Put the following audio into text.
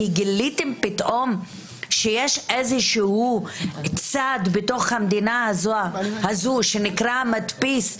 כי גיליתם פתאום שיש איזשהו צד בתוך המדינה הזו שנקרא המדפיס,